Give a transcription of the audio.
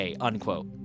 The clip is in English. unquote